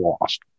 lost